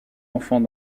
enfants